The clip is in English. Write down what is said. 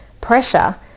pressure